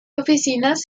oficinas